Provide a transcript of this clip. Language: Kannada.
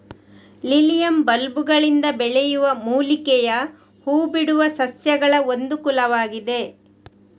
ಲಿಲಿಯಮ್ ಬಲ್ಬುಗಳಿಂದ ಬೆಳೆಯುವ ಮೂಲಿಕೆಯ ಹೂ ಬಿಡುವ ಸಸ್ಯಗಳಒಂದು ಕುಲವಾಗಿದೆ